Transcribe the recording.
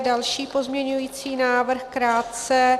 Další pozměňující návrh krátce.